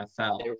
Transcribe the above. NFL